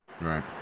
Right